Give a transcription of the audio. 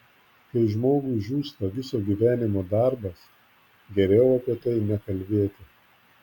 kai žmogui žūsta viso gyvenimo darbas geriau apie tai nekalbėti